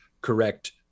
correct